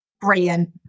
Brilliant